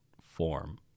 form